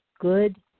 good